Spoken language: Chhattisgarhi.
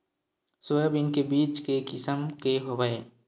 सोयाबीन के बीज के किसम के हवय?